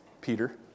Peter